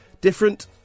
Different